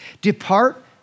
Depart